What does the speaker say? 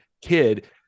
kid